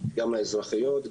גם האזרחיות,